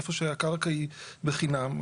איפה שהקרקע היא בחינם,